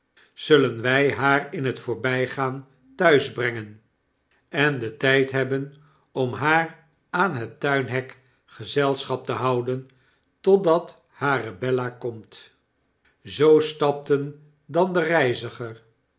zullen wy haar in t voorbygaan thuis brengen en den tjjd hebben om haar aan het tuinhek gezelschap te houden totdat hare bella komt zoo stapten dan de reiziger